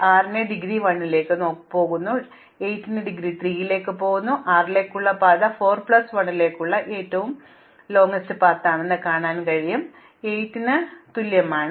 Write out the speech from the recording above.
അതിനാൽ 6 ന്റെ ഡിഗ്രി 1 ലേക്ക് പോകുന്നു 8 ന്റെ ഡിഗ്രി 3 ലേക്ക് പോകുന്നു എന്നാൽ 6 ലേക്ക് നീളമുള്ള പാത ഇപ്പോൾ 4 പ്ലസ് 1 ലേക്കുള്ള ഏറ്റവും ദൈർഘ്യമേറിയ പാതയാണ് അതിനാൽ ഇത് 2 ആണ് ഇത് 8 ന് തുല്യമാണ്